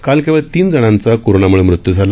काल केवळ तीन जणांचा कोरोनाम्ळ मृत्यू झाला